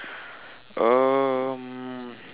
um